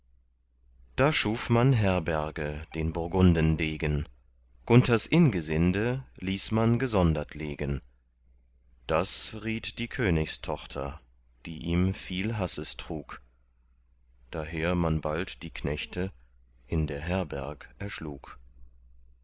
da schuf man herberge den burgundendegen gunthers ingesinde ließ man gesondert legen das riet die königstochter die ihm viel hasses trug daher man bald die knechte in der herberg erschlug